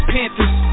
Panthers